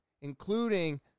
including